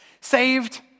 Saved